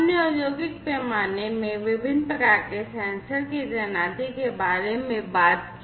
हमने औद्योगिक पैमाने में विभिन्न प्रकार के सेंसर की तैनाती के बारे में बात की है